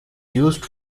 used